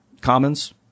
commons